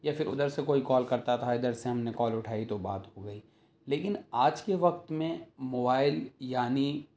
یا پھر ادھر سے کوئی کال کرتا تھا ادھر سے ہم نے کال اٹھائی تو بات ہو گئی لیکن آج کے وقت میں موبائل یعنی